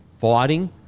fighting